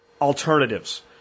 alternatives